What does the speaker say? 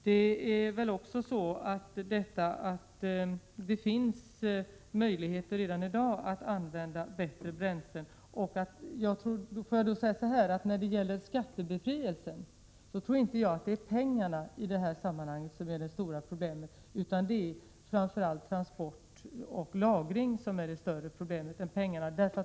När det gäller en eventuell skattebefrielse vill jag säga att jag inte tror att pengarna är det stora problemet. Det är framför allt transport och lagring som är det större problemet.